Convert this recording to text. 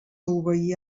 obeir